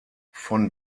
von